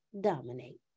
dominate